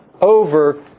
over